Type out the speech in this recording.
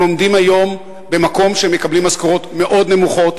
הם עומדים היום במקום שהם מקבלים משכורות מאוד נמוכות,